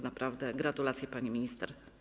Naprawdę, gratulacje, pani minister.